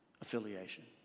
affiliation